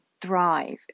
thrive